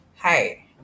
Hi